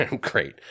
Great